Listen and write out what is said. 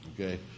okay